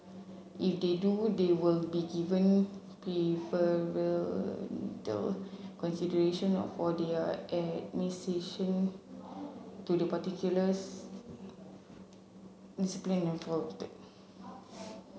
if they do they will be given preferential consideration or for their admission to the particulars discipline or